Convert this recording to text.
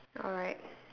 alright